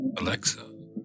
Alexa